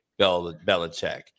belichick